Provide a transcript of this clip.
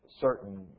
certain